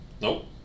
Nope